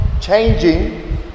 changing